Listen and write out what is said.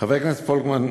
חבר הכנסת פולקמן,